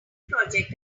project